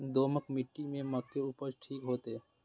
दोमट मिट्टी में मक्के उपज ठीक होते?